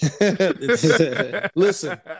listen